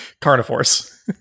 Carnivores